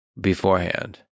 beforehand